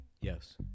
Yes